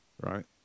right